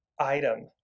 item